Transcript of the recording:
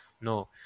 No